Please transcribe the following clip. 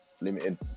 limited